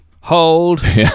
hold